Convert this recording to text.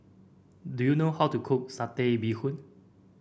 do you know how to cook Satay Bee Hoon